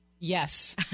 Yes